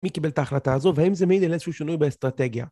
מי קיבל את ההחלטה הזו, והאם זה מעיד על איזשהו שינוי באסטרטגיה?